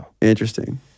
Interesting